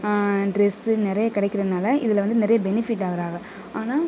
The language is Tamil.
ட்ரெஸ்ஸு நிறைய கிடைக்கிறனால இதில் வந்து நிறைய பெனிஃபிட் ஆகுறாங்க ஆனால்